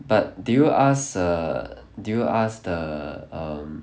but did you ask err did you ask the um